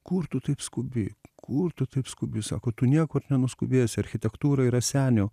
kur tu taip skubi kur tu taip skubi sako tu niekur nenuskubėsi architektūra yra senio